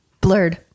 Blurred